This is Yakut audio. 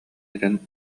этэн